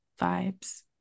vibes